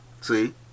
See